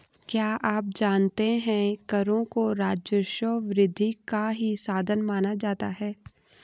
क्या आप जानते है करों को राजस्व वृद्धि का ही साधन माना जाता है?